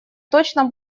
точно